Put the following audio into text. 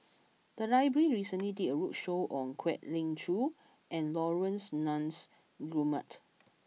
the library recently did a roadshow on Kwek Leng Joo and Laurence Nunns Guillemard